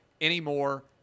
anymore